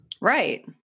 right